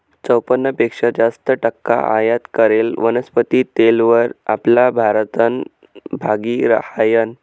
चोपन्न पेक्शा जास्त टक्का आयात करेल वनस्पती तेलवर आपला भारतनं भागी हायनं